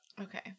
Okay